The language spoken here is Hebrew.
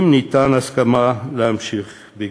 אם ניתנה הסכמה להמשך גבייה.